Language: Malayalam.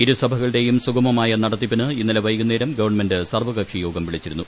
ഇരുസഭകളുടെയും സുഗമമായ നടത്തിപ്പിന് ഇന്നലെ വൈകുന്നേരം ഗവൺമെന്റ് സർവകക്ഷി യോഗം വിളിച്ചിരുന്നു